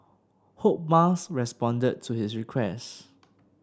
hope Musk responded to his request